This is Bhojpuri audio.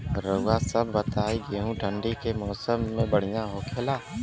रउआ सभ बताई गेहूँ ठंडी के मौसम में बढ़ियां होखेला?